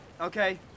Okay